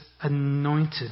anointed